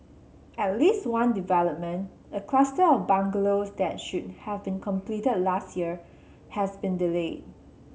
at least one development a cluster of bungalows that should have been completed last year has been delayed